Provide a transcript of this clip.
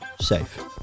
safe